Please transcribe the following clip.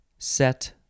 set